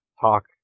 talk